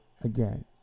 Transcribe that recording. again